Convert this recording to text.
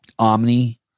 Omni